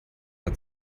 hat